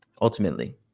Ultimately